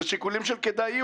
אלה שיקולים של כדאיות.